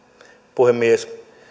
puhemies